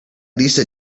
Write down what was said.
lisa